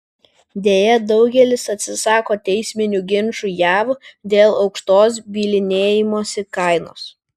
deja daugelis atsisako teisminių ginčų jav dėl aukštos bylinėjimosi kainos